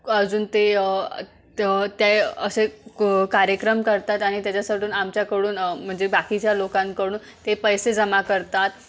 अजून ते ते असे क कार्यक्रम करतात आणि त्याच्यासाठी आमच्याकडून म्हणजे बाकीच्या लोकांकडून ते पैसे जमा करतात